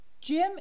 Jim